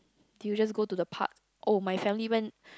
do you just go to the park oh my family went